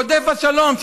רודף השלום.